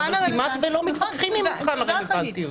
אבל כמעט לא מתווכחים עם מבחן הרלוונטיות.